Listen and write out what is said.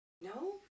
No